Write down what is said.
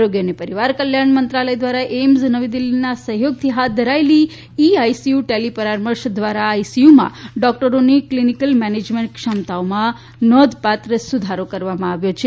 આરોગ્ય અને પરિવાર કલ્યાણ મંત્રાલય દ્વારા એઇમ્સ નવી દિલ્ફીના સહયોગથી હાથ ધરાયેલી ઇ આઇસીયુ ટેલિ પરામર્શ દ્વારા આઇસીયુમાં ડોકટરોની ક્લિનિકલ મેને મેન્ટ ક્ષમતાઓમાં નોંધપાત્ર સુધારણા કરવામાં આવી છે